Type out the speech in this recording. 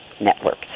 networks